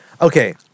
okay